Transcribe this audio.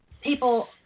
people